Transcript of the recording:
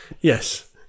Yes